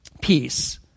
peace